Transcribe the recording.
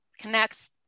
connects